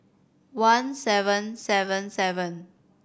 one seven seven seven